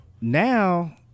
now